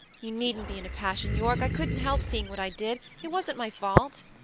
you needn't be in a passion, yorke i couldn't help seeing what i did. it wasn't my fault.